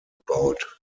gebaut